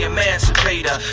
Emancipator